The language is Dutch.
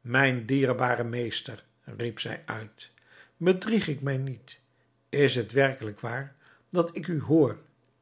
mijn dierbare meester riep zij uit bedrieg ik mij niet is het werkelijk waar dat ik u hoor